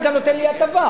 זה גם נותן לי הטבה.